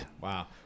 Wow